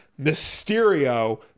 Mysterio